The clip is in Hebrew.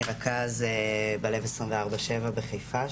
אני רכז בלב 24/7 בחיפה,